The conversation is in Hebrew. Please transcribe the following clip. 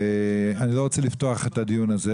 ולא רוצה לפתוח את הדיון הזה